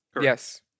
yes